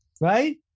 right